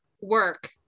work